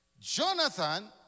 Jonathan